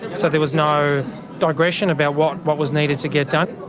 so there was no digression about what what was needed to get done.